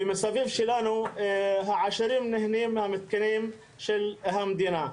ומסביבנו העשירים נהנים מהמתקנים של המדינה.